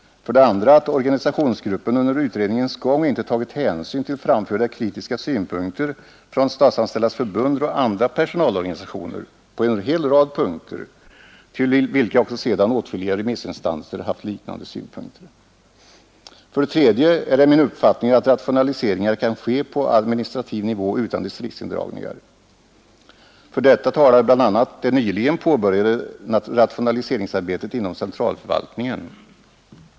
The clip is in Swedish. För det andra har organisationsgruppen under utredningens gång inte tagit hänsyn till framförda kritiska synpunkter från Statsanställdas förbund och andra personalorganisationer på en hel rad punkter där sedan också åtskilliga remissinstanser haft liknande synpunkter. För det tredje kan rationaliseringar enligt min uppfattning ske på administrativ nivå utan distriktsindragningar. För detta talar bl.a. det nyligen påbörjade rationaliseringsarbetet inom centralförvaltningen.